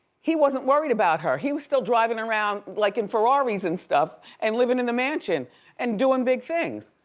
he wasn't worried about her. he was still driving around like in ferrari's and stuff and living in the mansion and doing big things.